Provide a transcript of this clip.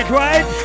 right